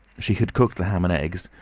she had cooked the ham and eggs,